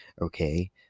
okay